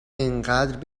انقدر